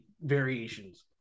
variations